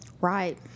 Right